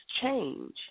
change